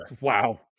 Wow